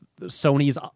Sony's